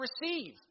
receive